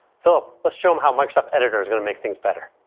phillip, let's show them how microsoft editor is going to make things better.